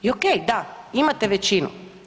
I ok, da, imate većinu.